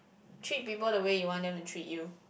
treat people the way you want them to treat you